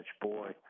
boy